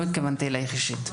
לא התכוונתי אליך אישית.